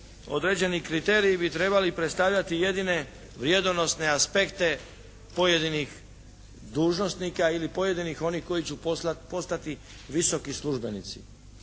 određeni kriteriji bi trebali predstavljati jedine vredonosne aspekte pojedinih dužnosnika ili pojedinih onih koji će postati visoki službenici.